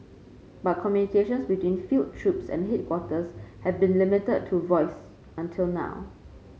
but communications between field troops and headquarters have been limited to voice until now